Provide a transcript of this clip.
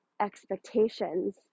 expectations